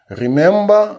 remember